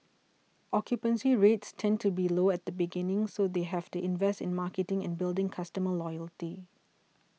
occupancy rates tend to be low at the beginning so they have to invest in marketing and building customer loyalty